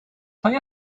play